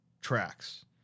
tracks